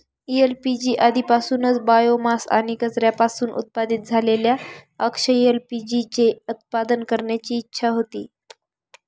LPG आधीपासूनच biomass आणि कचऱ्यापासून उत्पादित झालेल्या अक्षय एल.पी.जी चे उत्पादन करण्याची इच्छा होती